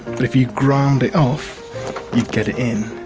but if you ground it off you'd get it in.